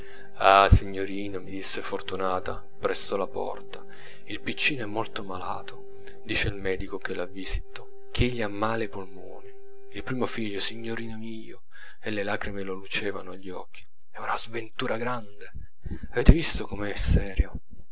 ah signorino mi disse fortunata presso la porta il piccino è molto malato dice il medico che l'ha visto ch'egli ha male ai polmoni il primo figlio signorino mio e le lagrime lo lucevano agli occhi è una sventura grande avete visto com'è serio